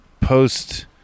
post